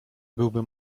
byłby